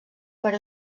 per